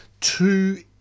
Two